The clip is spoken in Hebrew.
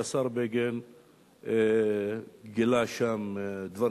והשר בגין גילה שם דברים.